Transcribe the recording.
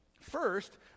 First